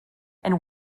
and